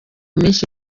menshi